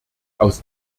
aus